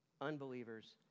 unbelievers